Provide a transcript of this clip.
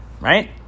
right